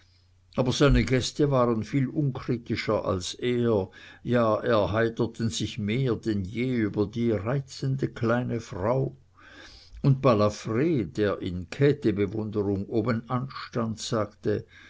aber seine gäste waren viel unkritischer als er ja erheiterten sich mehr denn je über die reizende kleine frau und balafr der in käthebewunderung obenan stand sagte